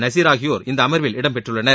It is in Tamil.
நசிர் ஆகியோர் இந்த அமர்வில் இடம் பெற்றுள்ளனர்